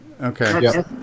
Okay